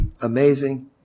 amazing